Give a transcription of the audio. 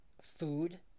food